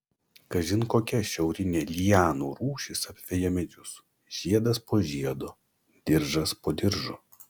kažin kokia šiaurinė lianų rūšis apveja medžius žiedas po žiedo diržas po diržo